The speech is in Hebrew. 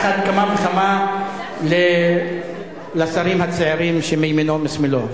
על אחת וכמה וכמה לשרים הצעירים שמימינו ומשמאלו.